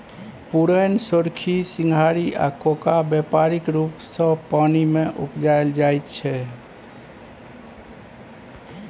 पुरैण, सोरखी, सिंघारि आ कोका बेपारिक रुप सँ पानि मे उपजाएल जाइ छै